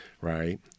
right